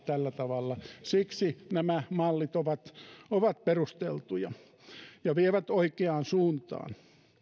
tällä tavalla siksi nämä mallit ovat ovat perusteltuja ja vievät oikeaan suuntaan